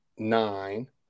Nine